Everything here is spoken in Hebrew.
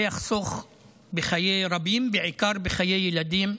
זה יחסוך חיי רבים, בעיקר חיי ילדים,